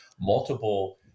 multiple